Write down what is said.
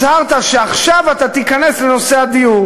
הצהרת שעכשיו אתה תיכנס לנושא הדיור.